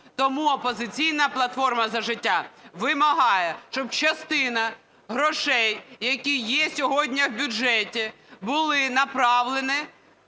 Тому "Опозиційна платформа - За життя" вимагає, щоб частина грошей, які є сьогодні в бюджеті, були направлені,